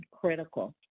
critical